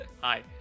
Hi